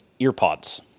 earpods